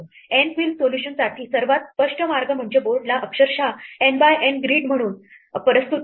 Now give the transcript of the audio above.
N queen सोल्यूशनसाठी सर्वात स्पष्ट मार्ग म्हणजे बोर्डला अक्षरशः N बाय N ग्रिड म्हणून प्रस्तुत करणे